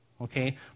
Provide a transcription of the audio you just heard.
okay